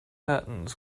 curtains